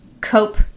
cope